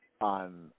on